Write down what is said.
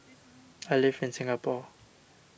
I live in Singapore